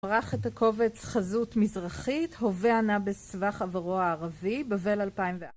ברח את הקובץ "חזות מזרחית: הווה הנע בסבך עברו הערבי", בבל 2004